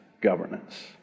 governance